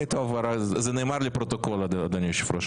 זה נאמר לפרוטוקול, אדוני היושב ראש.